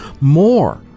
more